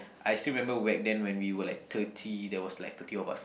I still remember back then when we were like thirty there was like thirty of us